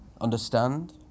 Understand